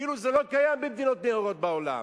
כאילו זה לא קיים במדינות נאורות בעולם,